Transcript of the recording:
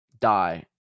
die